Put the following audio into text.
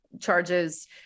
charges